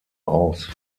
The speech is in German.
aus